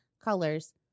colors